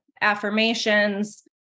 affirmations